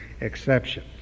exception